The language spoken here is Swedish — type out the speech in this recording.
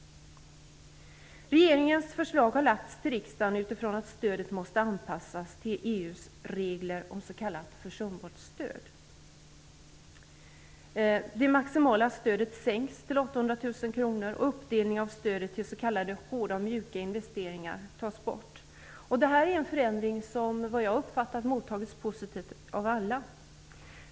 Regeringens förslag har lagts fram till riksdagen utifrån att stödet måste anpassas till EU:s regler om s.k. försumbart stöd. Det maximala stödet sänks till 800 000 kr och uppdelningen av stödet i s.k. hårda och mjuka investeringar tas bort. Det här är en förändring som, vad jag har uppfattat, har mottagits positivt av alla.